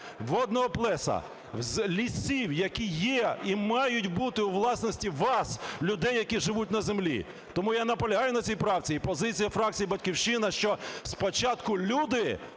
водного плеса, лісів, які є і мають бути у власності вас – людей, які живуть на землі. Тому я наполягаю на цій правці. І позиція фракції "Батьківщина", що спочатку люди,